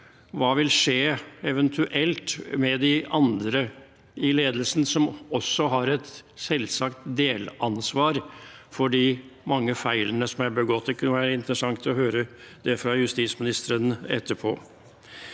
Hva vil eventuelt skje med de andre i ledelsen som også har et selvsagt delansvar for de mange feilene som er begått? Det kunne være interessant å høre det fra justisministeren etterpå.